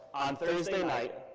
thursday night,